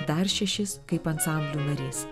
dar šešis kaip ansamblių narys